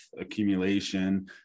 accumulation